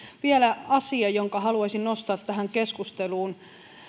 vielä asia jonka haluaisin nostaa tähän keskusteluun